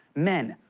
men,